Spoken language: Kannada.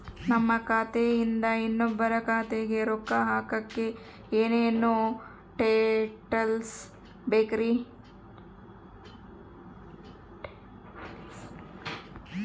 ನಮ್ಮ ಖಾತೆಯಿಂದ ಇನ್ನೊಬ್ಬರ ಖಾತೆಗೆ ರೊಕ್ಕ ಹಾಕಕ್ಕೆ ಏನೇನು ಡೇಟೇಲ್ಸ್ ಬೇಕರಿ?